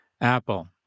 Apple